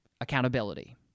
accountability